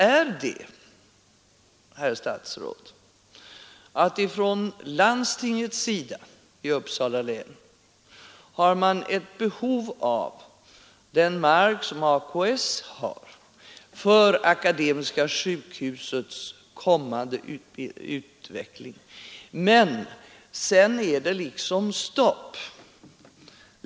Dagsläget, herr statsrådet, är att landstinget i Uppsala län har ett behov av den mark som AKS äger för Akademiska sjukhusets framtida utveckling. Men sedan är det stopp.